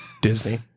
Disney